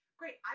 great